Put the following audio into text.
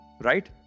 Right